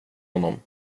honom